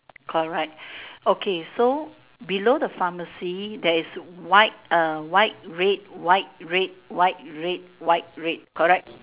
correct okay so below the pharmacy there is white uh white red white red white red white red correct